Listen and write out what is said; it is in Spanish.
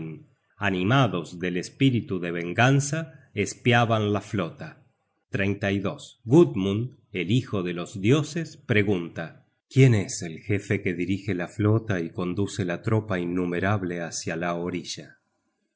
animados del espíritu de venganza espiaban la flota gudmund el hijo de los dioses pregunta quién es el jefe que dirige la flota y conduce la tropa innumerable hácia la orilla los